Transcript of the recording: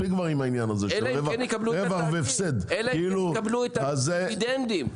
אלא אם כן יקבלו את הדיבידנדים.